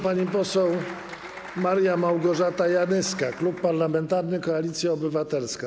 Pani poseł Maria Małgorzata Janyska, Klub Parlamentarny Koalicja Obywatelska.